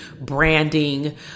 branding